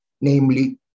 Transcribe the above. namely